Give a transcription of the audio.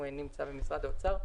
הוא נמצא במשרד האוצר.